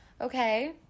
Okay